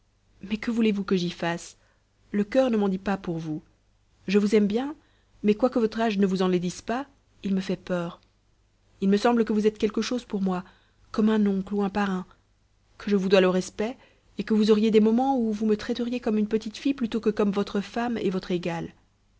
mais que voulez-vous que j'y fasse le cur ne m'en dit pas pour vous je vous aime bien mais quoique votre âge ne vous enlaidisse pas il me fait peur il me semble que vous êtes quelque chose pour moi comme un oncle ou un parrain que je vous dois le respect et que vous auriez des moments où vous me traiteriez comme une petite fille plutôt que comme votre femme et votre égale